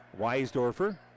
Weisdorfer